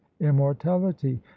immortality